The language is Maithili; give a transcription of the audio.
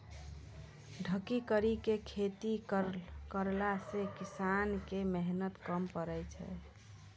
ढकी करी के खेती करला से किसान के मेहनत कम पड़ै छै